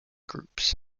groups